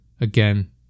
again